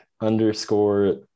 underscore